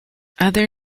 other